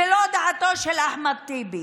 ולא דעתו של אחמד טיבי,